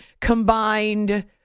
combined